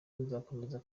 nzakomeza